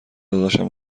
داداشم